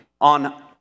on